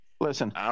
Listen